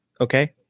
Okay